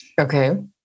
Okay